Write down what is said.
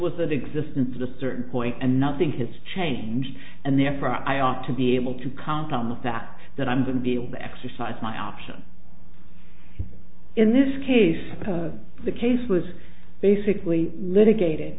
an existence of a certain point and nothing has changed and therefore i ought to be able to count on the fact that i'm going to be able to exercise my option in this case the case was basically litigated